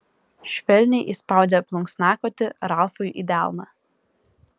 švelniai įspaudė plunksnakotį ralfui į delną